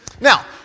Now